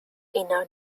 inner